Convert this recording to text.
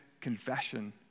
confession